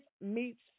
meets